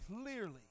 clearly